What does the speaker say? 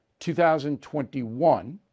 2021